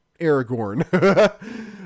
Aragorn